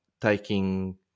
taking